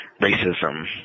racism